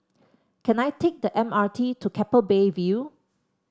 can I take the M R T to Keppel Bay View